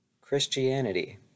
Christianity